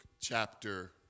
chapter